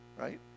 right